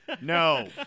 No